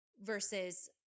Versus